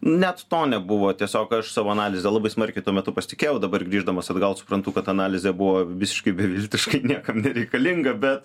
net to nebuvo tiesiog aš savo analize labai smarkiai tuo metu pasitikėjau dabar grįždamas atgal suprantu kad analizė buvo visiškai beviltiška ir niekam nereikalinga bet